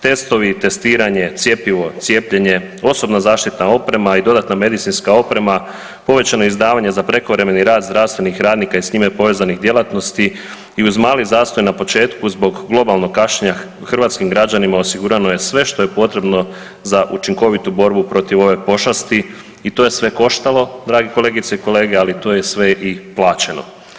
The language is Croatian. Testovi, testiranje, cjepivo, cijepljenje, osobna zaštitna oprema i dodatna medicinska oprema, povećano izdavanje za prekovremeni rad zdravstvenih radnika i s njima povezanih djelatnosti i uz mali zastoj na početku zbog globalnog kašnjenja, hrvatskim građanima osigurano je sve što je potrebno za učinkovitu borbu protiv ove pošasti i to je sve koštalo, dragi kolegice i kolege, ali to je sve i plaćeno.